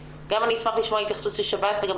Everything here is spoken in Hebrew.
אני אשמח לשמוע את התייחסות שירות בתי הסוהר לגבי